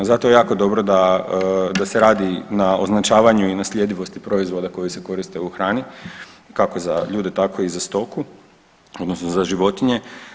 Zato je jako dobro da, da se radi na označavanju i na sljedivosti proizvoda koji se koriste u hrani kako za ljude tako i za stoku odnosno za životnije.